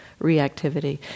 reactivity